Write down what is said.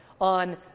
on